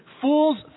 Fools